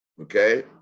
Okay